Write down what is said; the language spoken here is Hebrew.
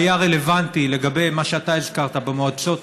שהיה רלוונטי לגבי מה שאתה הזכרת במועצות